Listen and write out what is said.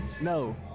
No